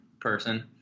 person